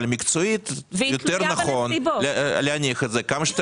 אבל מקצועית יותר נכון להניח את זה כמה שיותר